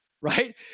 right